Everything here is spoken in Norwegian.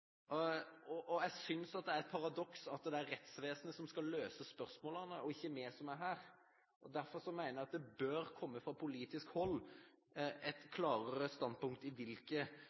Jeg synes det er et paradoks at det er rettsvesenet som skal løse problemene og ikke vi som er her. Derfor mener jeg det bør komme et klarere standpunkt fra politisk hold